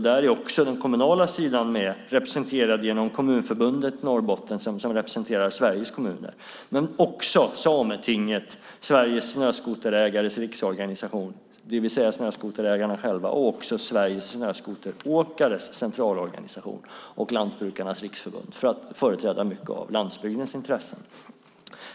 Där är också den kommunala sidan med genom Kommunförbundet Norrbotten som representerar Sveriges kommuner. Där finns också Sametinget, Sveriges Snöskoterägares Riksorganisation, det vill säga snöskoterägarna själva, Sveriges snöskoteråkares centralorganisation och Lantbrukarnas Riksförbund för att företräda mycket av landsbygdens intressen.